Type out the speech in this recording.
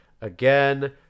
again